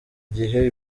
gihe